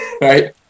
right